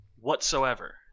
whatsoever